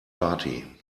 party